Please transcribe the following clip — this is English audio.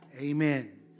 amen